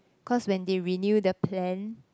cause when they renew the plan